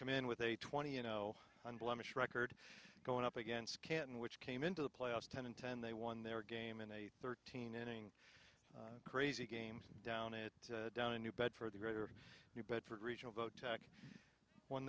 come in with a twenty you know unblemished record going up against can which came into the playoffs ten in ten they won their game in a thirteen inning crazy game down it down in new bedford the greater new bedford regional vote